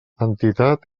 entitat